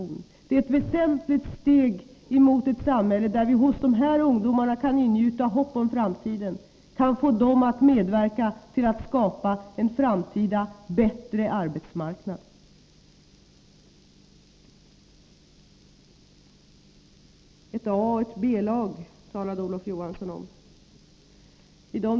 Det är ett väsentligt steg mot ett samhälle, där vi hos dessa ungdomar kan ingjuta hopp om framtiden och få dem att medverka till att skapa en framtida bättre arbetsmarknad. Olof Johansson talade om ett A och ett B-lag.